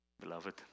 beloved